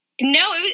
No